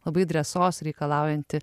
labai drąsos reikalaujanti